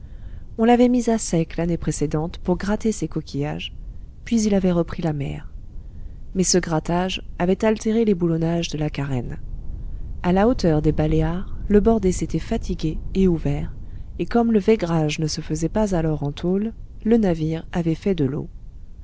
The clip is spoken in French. on l'avait mis à sec l'année précédente pour gratter ces coquillages puis il avait repris la mer mais ce grattage avait altéré les boulonnages de la carène à la hauteur des baléares le bordé s'était fatigué et ouvert et comme le vaigrage ne se faisait pas alors en tôle le navire avait fait de l'eau